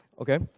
okay